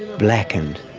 blackened.